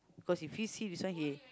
cause if he see this one he